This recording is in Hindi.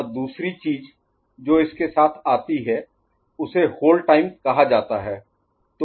और दूसरी चीज जो इसके साथ आती है उसे होल्ड टाइम कहा जाता है